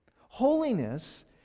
Holiness